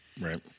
Right